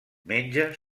menja